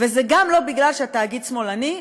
וזה גם לא כי התאגיד שמאלני,